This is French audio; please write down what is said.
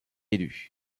élus